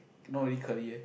not really curly eh